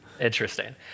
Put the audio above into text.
Interesting